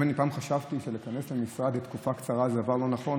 אם פעם חשבתי שלהיכנס למשרד לתקופה קצרה זה דבר לא נכון,